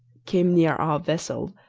came near our vessel,